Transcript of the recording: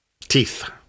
Teeth